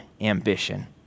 ambition